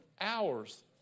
hours